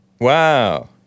Wow